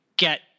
get